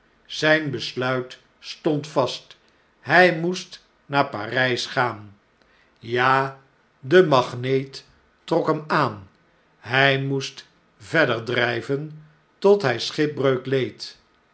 zijn besluit stond vast hij moest naar p a r ij s gaan ja de magneet trok hem aan hij moest verder drjjven tot hjj schipbreuk leed